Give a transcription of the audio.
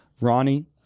Ronnie